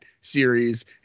series